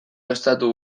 estatu